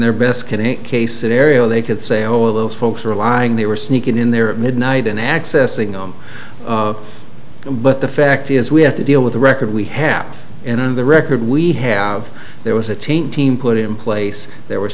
their best candidate case scenario they could say all of those folks are lying they were sneaking in there at midnight and accessing the home but the fact is we have to deal with the record we have and on the record we have there was a teen team put in place there w